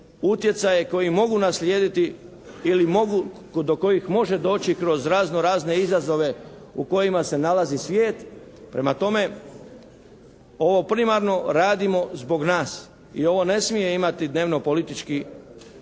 utjecaje koji mogu naslijediti ili mogu, do kojih može doći kroz razno-razne izazove u kojima se nalazi svijet. Prema tome, ovo primarno radimo zbog nas. I ovo ne smije imati dnevno politički dijalog